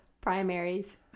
primaries